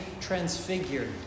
transfigured